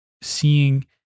seeing